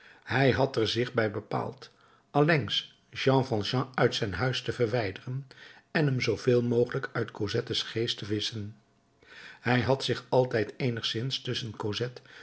hij had er zich bij bepaald allengs jean valjean uit zijn huis te verwijderen en hem zooveel mogelijk uit cosettes geest te wisschen hij had zich altijd eenigszins tusschen